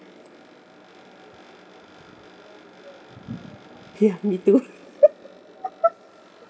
ya me too